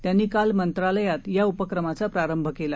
त्यांनी काल मंत्रालयात या उपक्रमाचा प्रारंभ केला